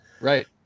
Right